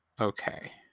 Okay